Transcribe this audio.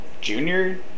junior